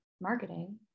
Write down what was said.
marketing